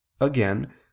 Again